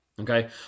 okay